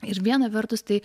ir viena vertus tai